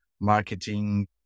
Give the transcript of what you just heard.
marketing